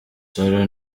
nsoro